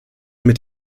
mit